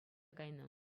кайнӑ